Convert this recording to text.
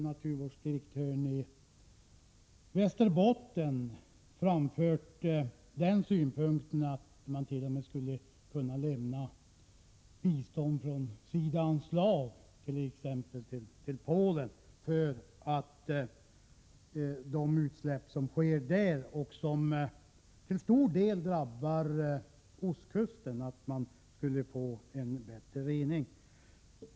Naturvårdsdirektören i Västerbotten har nyligen framfört den synpunkten att man t.o.m. skulle lämna bistånd via SIDA-anslaget tillt.ex. Polen för en bättre rening. Utsläppen från Polen drabbar till en stor del ostkusten.